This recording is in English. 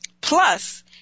plus